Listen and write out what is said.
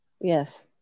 Yes